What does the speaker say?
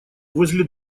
возле